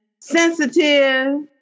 sensitive